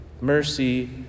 mercy